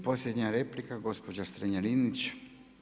I posljednja replika, gospođa Strenja-Linić.